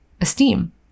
esteem